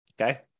okay